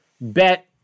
bet